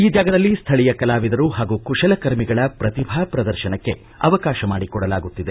ಈ ಜಾಗದಲ್ಲಿ ಸ್ಥಳೀಯ ಕಲಾವಿದರು ಹಾಗೂ ಕುಶಲಕರ್ಮಿಗಳ ಪ್ರತಿಭಾ ಪ್ರದರ್ಶನಕ್ಕೆ ಅವಕಾಶ ಮಾಡಿಕೊಡಲಾಗುತ್ತಿದೆ